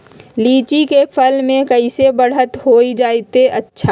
लिचि क फल म कईसे बढ़त होई जादे अच्छा?